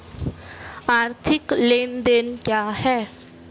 आर्थिक लेनदेन क्या है?